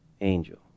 angel